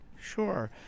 sure